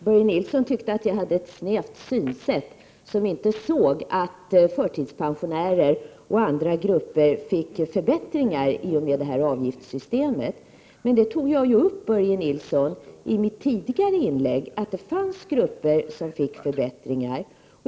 Fru talman! Börje Nilsson tyckte att jag hade ett snävt synsätt, eftersom jag inte förstod att förtidspensionärer och andra grupper fick förbättringar genom det föreslagna avgiftssystemet. Men i mitt tidigare inlägg tog jag ju upp, Börje Nilsson, att det finns grupper som får förbättringar.